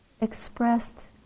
expressed